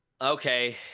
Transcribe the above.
Okay